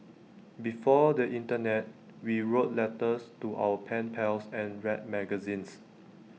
before the Internet we wrote letters to our pen pals and read magazines